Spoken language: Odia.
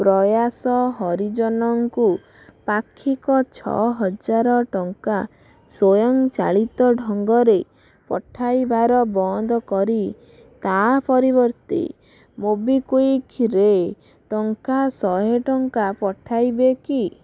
ପ୍ରୟାସ ହରିଜନ ଙ୍କୁ ପାକ୍ଷିକ ଛଅହଜାର ଟଙ୍କା ସ୍ୱୟଂ ଚାଳିତ ଢଙ୍ଗରେ ପଠାଇବାର ବନ୍ଦ କରି ତା ପରିବର୍ତ୍ତେ ମୋବିକ୍ଵିକରେ ଟଙ୍କା ଶହେ ଟଙ୍କା ପଠାଇବେ କି